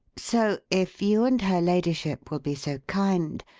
so, if you and her ladyship will be so kind,